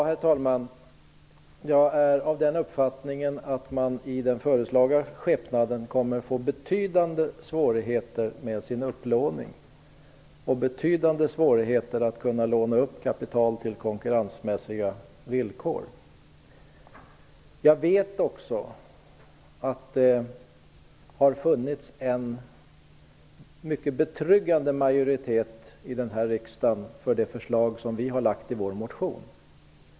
Herr talman! Jag är av den uppfattningen att med den föreslagna ordningen kommer man att få betydande svårigheter med sin upplåning. Man kommer också att få betydande svårigheter med att låna upp kapital till konkurrensmässiga villkor. Jag vet att det har funnits en betryggande majoritet i denna riksdag för det förslag som vi i Ny demokrati har lagt fram i vår motion.